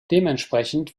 dementsprechend